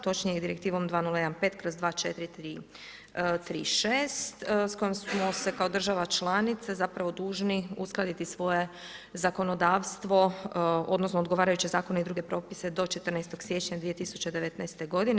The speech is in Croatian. Točnije Direktivom 2015/2436 s kojom smo se kao država članica zapravo dužni uskladiti svoje zakonodavstvo odnosno odgovarajuće zakone i druge propise do 14. siječnja 2019. godine.